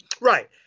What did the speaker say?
right